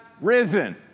risen